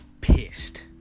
pissed